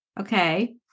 Okay